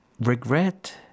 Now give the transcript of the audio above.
regret